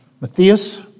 Matthias